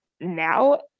now